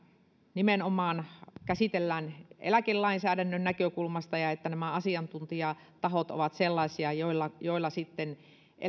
käsitellään nimenomaan eläkelainsäädännön näkökulmasta ja että nämä asiantuntijatahot ovat sellaisia joilla on asiantuntemusta ennen kaikkea